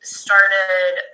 started